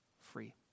free